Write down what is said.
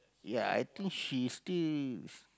ya she is still